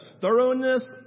thoroughness